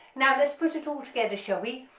now let's put it all together shall we,